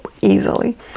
easily